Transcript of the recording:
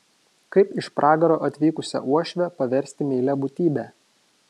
kaip iš pragaro atvykusią uošvę paversti meilia būtybe